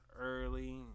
early